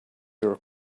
your